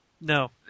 no